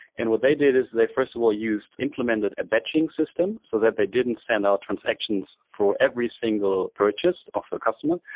and what they did is they, first of all, used implemented a batching system so that they didn't send out transactions for every single purchase of a customer,